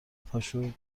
پاشو